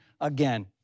again